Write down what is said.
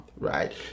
right